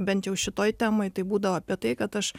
bent jau šitoj temoj tai būdavo apie tai kad aš